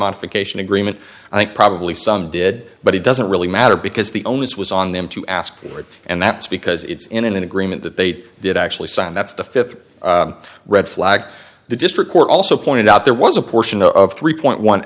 modification agreement i think probably some did but it doesn't really matter because the onus was on them to ask for it and that's because it's in an agreement that they did actually signed that's the th red flag the district court also pointed out there was a portion of three point one